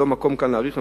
זה לא המקום להאריך כאן,